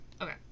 okay